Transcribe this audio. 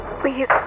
please